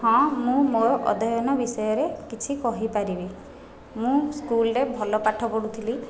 ହଁ ମୁଁ ମୋ ଅଧ୍ୟୟନ ବିଷୟରେ କିଛି କହିପାରିବି ମୁଁ ସ୍କୁଲ୍ରେ ଭଲ ପାଠ ପଢ଼ୁଥିଲି